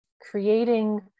creating